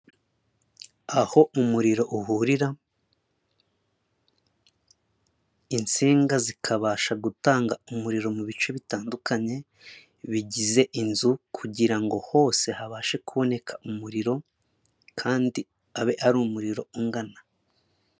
Aho umuriro uhurira insinga zikabasha gutanga umuriro mu bice bitandukanye bigize inzu kugira ngo hose habashe kuboneka umuriro kandi abe ari umuriro ungana.